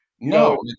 No